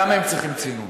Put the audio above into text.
למה הם צריכים צינון